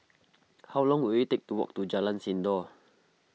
how long will it take to walk to Jalan Sindor